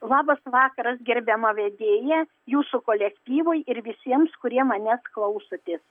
labas vakaras gerbiama vedėja jūsų kolektyvui ir visiems kurie manęs klausotės